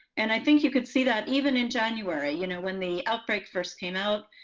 and i think you could see that even in january. you know when the outbreak first came out,